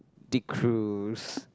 de cruz